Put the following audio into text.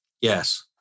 Yes